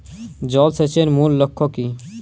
জল সেচের মূল লক্ষ্য কী?